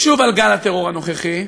שוב על גל הטרור הנוכחי,